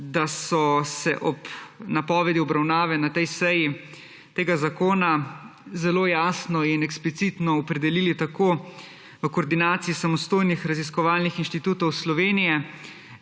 da so se ob napovedi obravnave na tej seji tega zakona zelo jasno in eksplicitno opredelili tako v Koordinaciji samostojnih raziskovalnih inštitutov Slovenije,